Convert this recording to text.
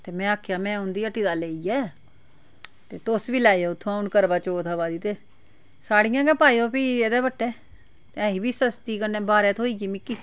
ते में आक्खेआ में उं'दी ह्ट्टी दा लेई ऐ ते तुस बी लैएओ उत्थुंआ हून करवाचौथ आवा दी ते साड़ियां गै पाएओ फ्ही एह्दे बट्टै एह् बी सस्ती कन्नै बारै थ्होई गेई मिगी